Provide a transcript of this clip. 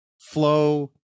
flow